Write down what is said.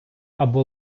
або